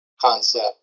concept